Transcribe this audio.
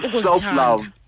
Self-love